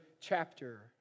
chapter